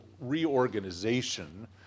reorganization